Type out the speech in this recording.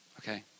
Okay